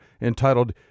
entitled